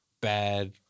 bad